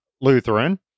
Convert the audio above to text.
Lutheran